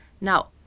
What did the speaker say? Now